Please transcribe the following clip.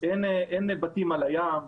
אין בתים על הים,